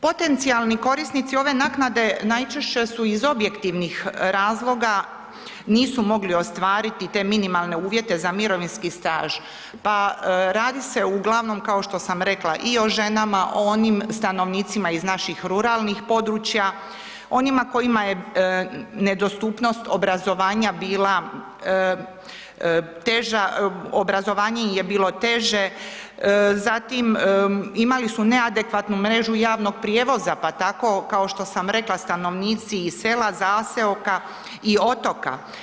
Potencijalni korisnici ove naknade najčešće su iz objektivnih razloga nisu mogli ostvariti te minimalne uvjete za mirovinski staž pa radi se uglavnom kao što sam rekla i o ženama, o onim stanovnicima iz naših ruralnih područja, onima kojima je nedostupnost obrazovanja bila teža, obrazovanje im je bilo teže zatim imali su neadekvatnu mrežu javnog prijevoza pa tako kao što sam rekla, stanovnici iz sela, zaseoka i otoka.